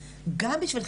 גם אם זה 20 סבבים,